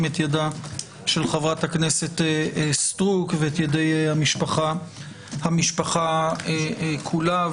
את ידה של חברת הכנסת סטרוק ואת ידי המשפחה כולה.